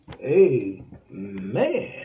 amen